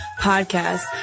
Podcast